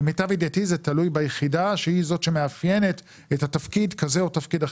למיטב ידיעתי זה תלוי ביחידה שהיא זאת שמאפיינת תפקיד כזה או תפקיד אחר.